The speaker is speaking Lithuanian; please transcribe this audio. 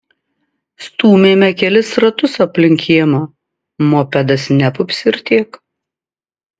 stūmėme kelis ratus aplink kiemą mopedas nepupsi ir tiek